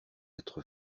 être